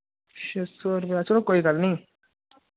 छे सौ रपेआ चलो कोई गल्ल निं